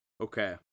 Okay